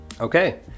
Okay